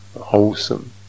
wholesome